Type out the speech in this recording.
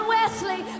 Wesley